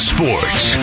Sports